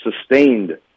sustained